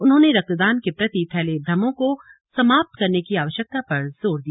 उन्होंने रक्तदान के प्रति फैले भ्रमों को समाप्त करने की आवश्यकता पर जोर दिया